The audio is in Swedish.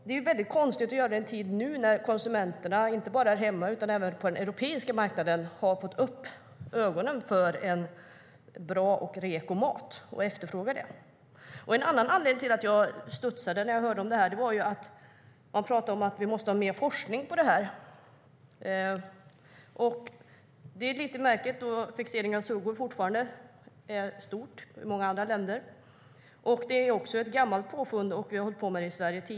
Det är väldigt konstigt att göra det i en tid som denna, när konsumenterna inte bara här hemma utan även på den europeiska marknaden har fått upp ögonen för bra, reko mat och efterfrågar det. En annan anledning till att jag studsade när jag hörde om detta var att man pratade om att vi måste ha mer forskning om det. Det är lite märkligt, för fixering av suggor är fortfarande stort i många andra länder samt ett gammalt påfund som vi tidigare har hållit på med i Sverige.